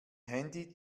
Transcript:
handy